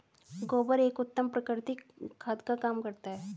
गोबर एक उत्तम प्राकृतिक खाद का काम करता है